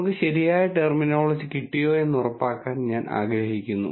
നമുക്ക് ശരിയായ ടെർമിനോളജി കിട്ടിയോ എന്ന ഉറപ്പാക്കാൻ ഞാൻ ആഗ്രഹിക്കുന്നു